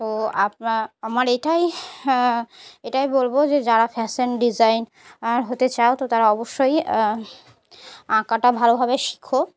তো আপনার আমার এটাই এটাই বলবো যে যারা ফ্যাশান ডিজাইন হতে চাও তো তারা অবশ্যই আঁকাটা ভালোভাবে শেখ